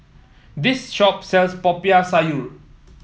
this shop sells Popiah Sayur